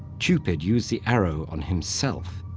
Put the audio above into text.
cupid used the arrow on himself.